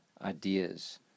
ideas